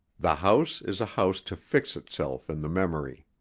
the house is a house to fix itself in the memory.